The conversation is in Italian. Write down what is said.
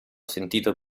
sentito